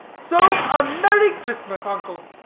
so a merry christmas, uncle!